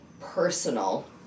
personal